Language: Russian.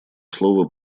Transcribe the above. слово